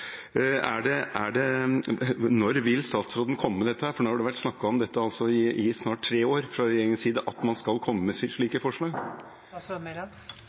Når vil statsråden komme med dette? Det har vært snakket om det i snart tre år fra regjeringens side at man skal komme med slike